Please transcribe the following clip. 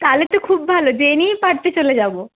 তাহলে তো খুব ভালো ডেলিই পাড়তে চলে যাবো